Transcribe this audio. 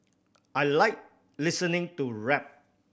I like listening to rap